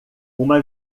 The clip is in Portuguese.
uma